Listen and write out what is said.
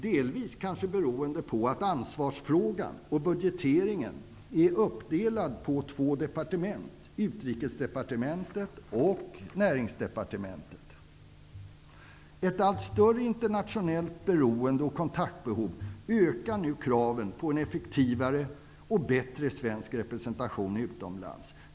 Delvis kanske detta beror på att ansvarsfrågan och budgeteringen är uppdelade på två departement, Ett allt större internationellt beroende och kontaktbehov ökar nu kraven på en effektivare och bättre svensk representation utomlands.